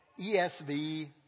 ESV